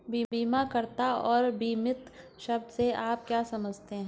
बीमाकर्ता और बीमित शब्द से आप क्या समझते हैं?